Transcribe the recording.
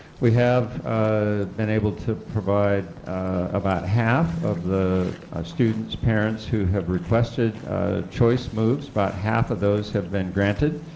we have ah been able to provide about half of the students' parents who have requested choice moves, about half of those have been granted,